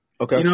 Okay